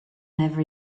never